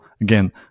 again